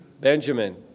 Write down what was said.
Benjamin